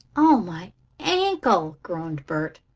oh, my ankle! groaned bert.